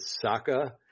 Saka